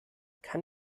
kann